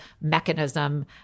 mechanism